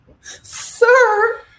Sir